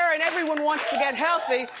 and everyone wants to get healthy.